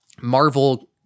Marvel